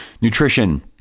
Nutrition